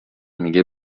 میگه